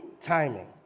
Timing